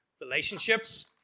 relationships